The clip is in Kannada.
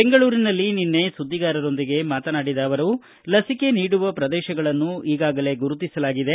ಬೆಂಗಳೂರಿನಲ್ಲಿ ನಿನ್ನೆ ಸುದ್ಲಿಗಾರರೊಂದಿಗೆ ಮಾತನಾಡಿದ ಅವರು ಲಸಿಕೆ ನೀಡುವ ಪ್ರದೇಶಗಳನ್ನು ಈಗಾಗಲೇ ಗುರುತಿಸಲಾಗಿದೆ